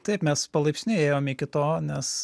taip mes palaipsniui ėjom iki to nes